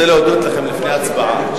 רוצה להודות לכם לפני ההצבעה.